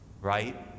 right